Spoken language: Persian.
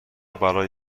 برای